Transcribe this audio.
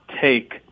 take